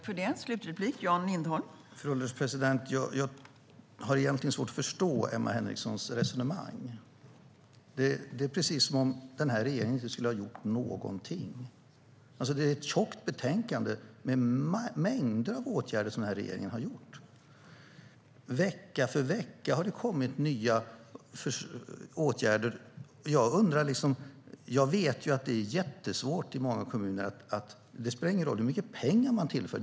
Fru ålderspresident! Jag har svårt att förstå Emma Henrikssons resonemang. Det är precis som att regeringen inte skulle ha gjort något. Det är ett tjockt betänkande med mängder av åtgärder som regeringen har vidtagit. Vecka för vecka har det kommit nya åtgärder. Jag vet att det är jättesvårt i många kommuner. Det spelar ingen roll hur mycket pengar som tillförs.